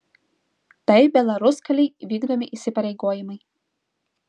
tai belaruskalij vykdomi įsipareigojimai